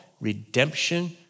redemption